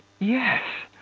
yes,